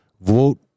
Vote